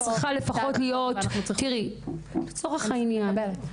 --- לצורך העניין,